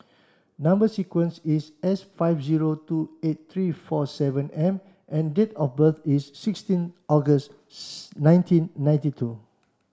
number sequence is S five zero two eight three four seven M and date of birth is sixteen August nineteen ninety two